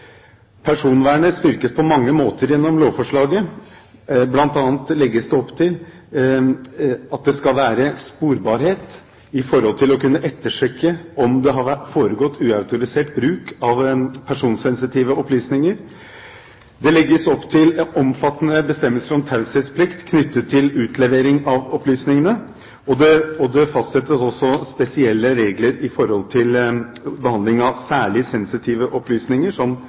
Personvernet styrkes på mange måter gjennom lovforslaget, bl.a. legges det opp til at det skal være sporbarhet i forhold til å kunne ettersøke om det har foregått uautorisert bruk av personsensitive opplysninger. Det legges opp til omfattende bestemmelser om taushetsplikt knyttet til utlevering av opplysningene, og det fastsettes også spesielle regler for behandling av særlig sensitive opplysninger, som